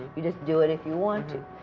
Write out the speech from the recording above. you just do it if you want to,